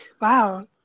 Wow